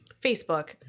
facebook